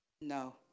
No